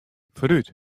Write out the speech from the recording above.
foarút